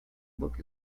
book